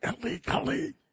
illegally